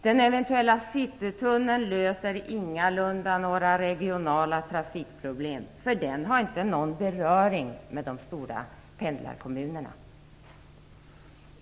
Den eventuella citytunneln löser ingalunda några regionala trafikproblem, för den har inte någon beröring med de stora pendlarkommunerna.